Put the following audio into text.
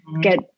get